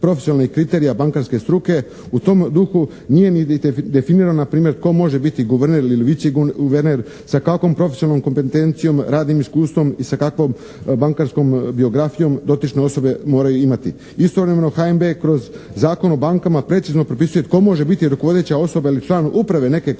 profesionalnih kriterija bankarske struke u tom duhu nije ni definirano na primjer tko može biti guverner ili viceguverner, sa kakvom profesionalnom kompetencijom, radnim iskustvom i sa kakvom bankarskom biografijom dotične osobe moraju imati. Istovremeno, HNB kroz Zakon o bankama precizno propisuje tko može biti rukovodeća osoba ili član uprave neke komercijalne